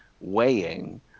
weighing